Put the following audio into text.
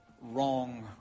wrong